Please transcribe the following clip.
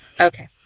okay